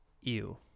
Ew